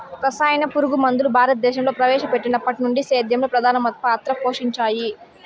రసాయన పురుగుమందులు భారతదేశంలో ప్రవేశపెట్టినప్పటి నుండి సేద్యంలో ప్రధాన పాత్ర పోషించాయి